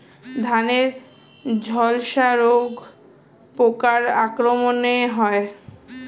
ধানের ঝলসা রোগ পোকার আক্রমণে হয়?